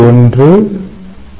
1 0